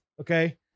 okay